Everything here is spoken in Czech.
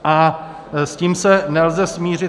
A s tím se nelze smířit.